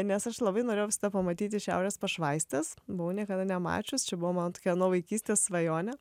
nes aš labai norėjau viską pamatyti iš šiaurės pašvaistės buvau niekada nemačius čia buvo mano tokia nuo vaikystės svajonė